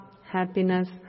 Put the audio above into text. happiness